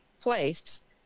place